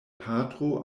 patro